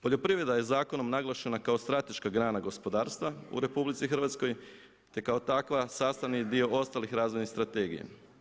Poljoprivreda je zakonom naglašena kao strateška grana gospodarstva u RH te kao takva sastavni je dio ostalih razvojnih strategija.